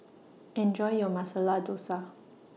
Enjoy your Masala Dosa